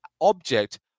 object